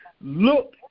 look